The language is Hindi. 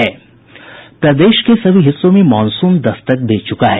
प्रदेश के सभी हिस्सों में मॉनसून दस्तक दे चुका है